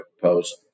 post